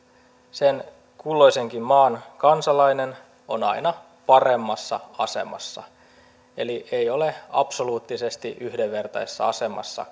sen kulloisenkin maan kansalainen on aina paremmassa asemassa eli kansalainen ja ei kansalainen eivät ole absoluuttisesti yhdenvertaisessa asemassa